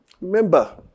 Remember